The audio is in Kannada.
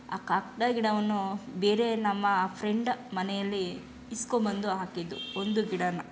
ಆ ಕಾಕಡ ಗಿಡವನ್ನು ಬೇರೆ ನಮ್ಮ ಫ್ರೆಂಡ್ ಮನೆಯಲ್ಲಿ ಈಸ್ಕೊಂಡ್ಬಂದು ಹಾಕಿದ್ದು ಒಂದು ಗಿಡನ